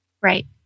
right